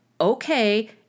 Okay